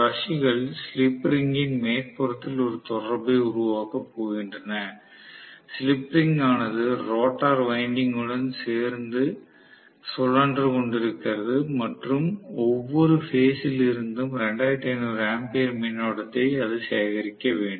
பிரஷ்கள் slip ரிங்கின் மேற்புறத்தில் ஒரு தொடர்பை உருவாக்கப் போகின்றன ஸ்லிப் ரிங் ஆனது ரோட்டார் வைண்டிங்குடன் சேர்ந்து சுழன்று கொண்டிருக்கிறது மற்றும் ஒவ்வொரு பேஸ் ல் இருந்தும் 2500 ஆம்பியர் மின்னோட்டத்தை அது சேகரிக்க வேண்டும்